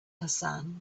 hassan